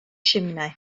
simnai